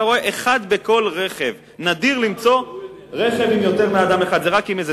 אין דבר כזה.